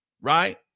right